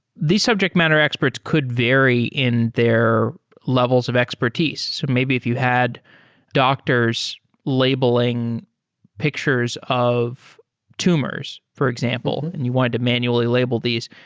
these subject matter experts could vary in their levels of expertise. so maybe if you had doctors labeling pictures of tumors, for example, and you wanted to manually label these.